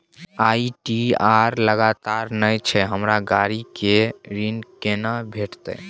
ITR लगातार नय छै हमरा गाड़ी के ऋण केना भेटतै?